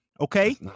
Okay